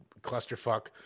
clusterfuck